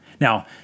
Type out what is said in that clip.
Now